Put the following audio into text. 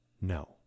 no